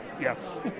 Yes